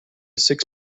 six